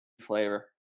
Flavor